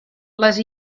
les